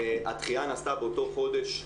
הדחייה נעשתה באותו חודש,